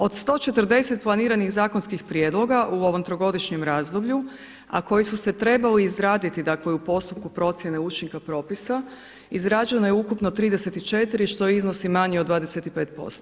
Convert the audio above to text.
Od 140 planiranih zakonskih prijedloga u ovom trogodišnjem razdoblju a koji su se trebali izraditi dakle u postupku procjene učinka propisa izrađeno je ukupno 34 što iznosi manje od 25%